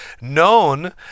known